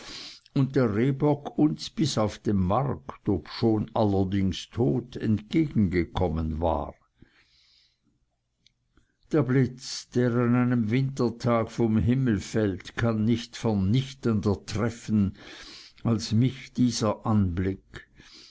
und der rehbock uns bis auf den markt obschon allerdings tot entgegengekommen war der blitz der an einem wintertag vom himmel fällt kann nicht vernichtender treffen als mich dieser anblick